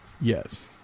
Yes